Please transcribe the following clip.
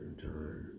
time